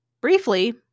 briefly